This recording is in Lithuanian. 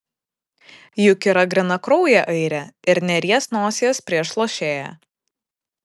juk yra grynakraujė airė ir neries nosies prieš lošėją